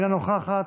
אינה נוכחת,